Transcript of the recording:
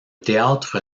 théâtre